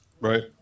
right